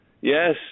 Yes